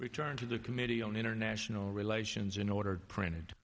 return to the committee on international relations in order printed